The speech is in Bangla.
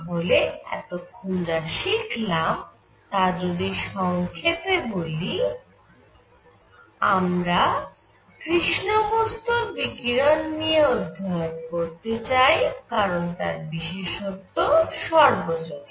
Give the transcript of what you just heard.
তাহলে এতক্ষন যা শিখলাম তা যদি সংক্ষেপে বলি আমরা কৃষ্ণ বস্তুর বিকিরণ নিয়ে অধ্যয়ন করতে চাই কারণ তার বিশেষত্ব সর্বজনীন